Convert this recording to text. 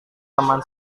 teman